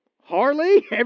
Harley